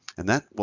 and that,